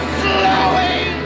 slowing